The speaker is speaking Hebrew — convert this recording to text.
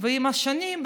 ועם השנים,